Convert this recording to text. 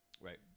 Right